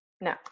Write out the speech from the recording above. No